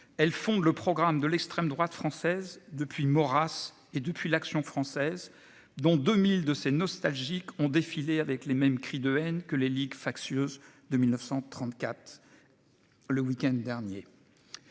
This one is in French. Elle fonde le programme de l'extrême droite française depuis Morasse et depuis l'Action française, dont 2000 de ces nostalgiques ont défilé avec les mêmes cris de haine que les ligue factieuse de 1934. Le week-end dernier.